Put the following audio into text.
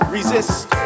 Resist